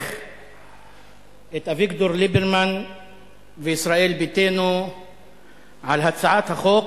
לברך את אביגדור ליברמן וישראל ביתנו על הצעת החוק,